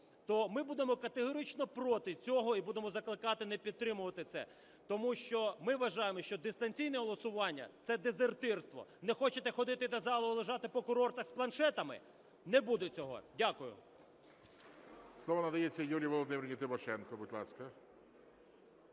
то ми будемо категорично про ти цього і будемо закликати не підтримувати це. Тому що ми вважаємо, що дистанційне голосування – це дезертирство. Не хочете ходити до зали, а лежати по курортах з планшетами – не буде цього. Дякую. ГОЛОВУЮЧИЙ. Слово надається Юлії Володимирівні Тимошенко, будь ласка.